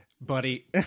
buddy